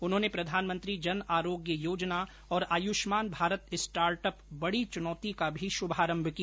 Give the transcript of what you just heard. उन्होंने प्रधानमंत्री जन आरोग्य योजना और आयुष्मान भारत स्टार्टअप बड़ी च्नौती का भी शुभारंभ किया